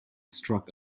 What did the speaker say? struck